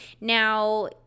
now